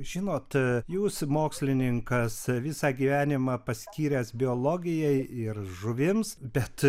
žinot jūs mokslininkas visą gyvenimą paskyręs biologijai ir žuvims bet